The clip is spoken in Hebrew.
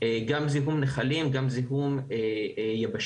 גם זיהום נחלים וגם זיהום יבשתי.